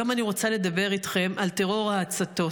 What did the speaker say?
היום אני רוצה לדבר איתכם על טרור ההצתות,